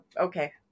okay